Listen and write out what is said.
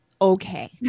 Okay